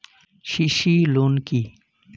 CC loan কি?